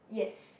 yes